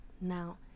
now